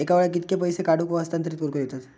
एका वेळाक कित्के पैसे काढूक व हस्तांतरित करूक येतत?